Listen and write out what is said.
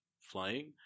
flying